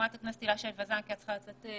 חברת הכנסת הילה יש וזאן, בבקשה.